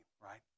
right